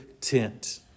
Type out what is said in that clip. tent